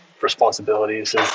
Responsibilities